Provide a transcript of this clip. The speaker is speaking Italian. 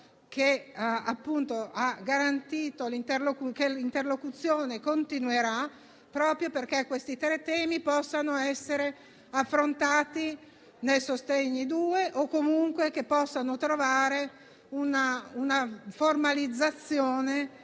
quale ha garantito che l'interlocuzione continuerà, proprio perché questi tre temi possano essere affrontati nel decreto-legge sostegni due o comunque possano trovare una formalizzazione